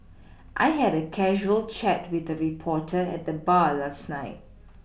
I had a casual chat with a reporter at the bar last night